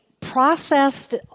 processed